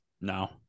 No